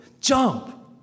Jump